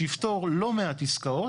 שיפתור לא מעט עסקאות,